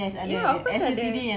ya of course ada